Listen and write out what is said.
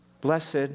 blessed